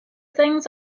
things